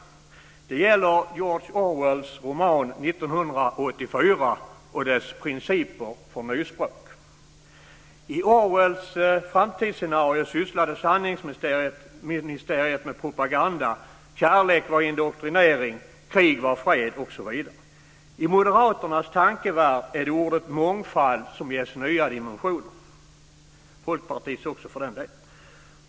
Det gäller George Orwells roman 1984 och dess principer för nyspråk. I Orwells framtidsscenario sysslade Sanningsministeriet med propaganda. Kärlek var indoktrinering, krig var fred osv. I moderaternas - och i Folkpartiets också, för den delen - tankevärld är det ordet mångfald som ges nya dimensioner.